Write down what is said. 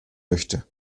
möchte